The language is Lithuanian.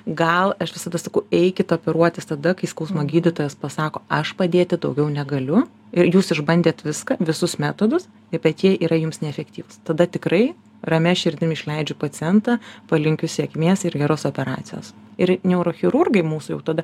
gal aš visada sakau eikit operuotis tada kai skausmo gydytojas pasako aš padėti daugiau negaliu ir jūs išbandėt viską visus metodus bet jie yra jums neefektyvūs tada tikrai ramia širdim išleidžiu pacientą palinkiu sėkmės ir geros operacijos ir neurochirurgai mūsų jau tada